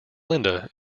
lynda